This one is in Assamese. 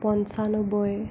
পঁচান্নব্বৈ